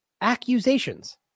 Accusations